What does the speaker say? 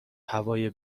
هوای